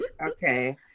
Okay